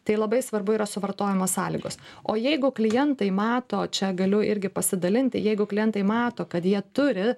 tai labai svarbu yra suvartojimo sąlygos o jeigu klientai mato čia galiu irgi pasidalinti jeigu klientai mato kad jie turi